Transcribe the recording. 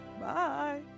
Bye